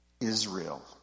Israel